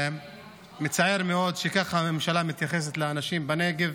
מצער מאוד שככה הממשלה מתייחסת לאנשים בנגב,